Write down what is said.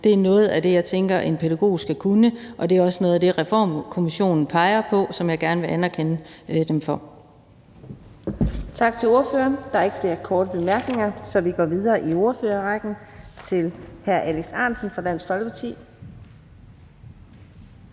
Det er noget af det, jeg tænker en pædagog skal kunne, og det er også noget af det, Reformkommissionen peger på, og som jeg gerne vil anerkende dem for. Kl. 11:00 Fjerde næstformand (Karina Adsbøl): Tak til ordføreren. Der er ikke flere korte bemærkninger, så vi går videre i ordførerrækken til hr. Alex Ahrendtsen, Dansk Folkeparti.